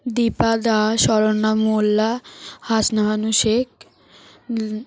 Dipa Das Saranya Molla Hasnuhana Sheikh